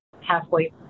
halfway